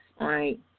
right